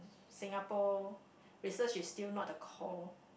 Singapore research is still not the core